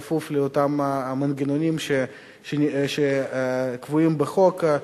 בכפוף למנגנונים שקבועים בחוק.